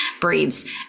breeds